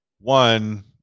one